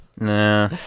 Nah